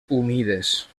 humides